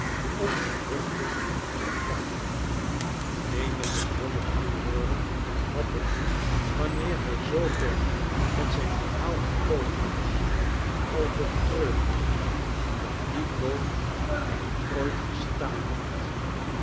om de vruchten te kapen menig gedwongen toehoorder had het wanneer hij zoover met zijn verhaal gekomen was al betreurd dat die boom er ooit gestaan had